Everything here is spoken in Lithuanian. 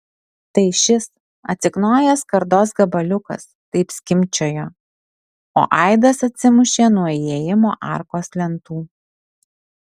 tai šis atsiknojęs skardos gabaliukas taip skimbčiojo o aidas atsimušė nuo įėjimo arkos lentų